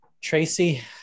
tracy